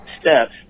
steps